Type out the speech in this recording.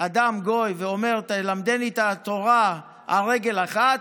אדם גוי ואומר: תלמדני את התורה על רגל אחת.